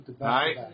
right